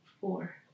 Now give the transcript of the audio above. four